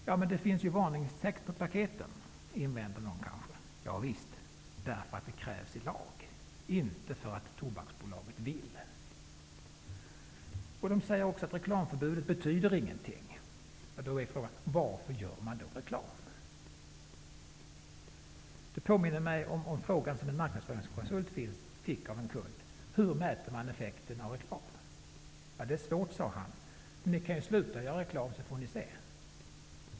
Ja, men det finns ju varningstext på paketen, invänder någon kanske. Ja visst, det är för att det krävs i lag, inte för att Reklamförbudet betyder ingenting, säger man också. Då är frågan: Varför gör man då reklam? Det påminner mig om frågan som en marknadsföringskonsult fick av en kund: Hur mäter man effekten av reklam? Det är svårt, sade marknadsföringskonsulten, men ni kan ju sluta att göra reklam, så får ni se.